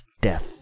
death